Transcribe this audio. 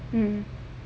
mm